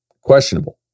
Questionable